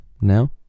Now